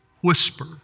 whisper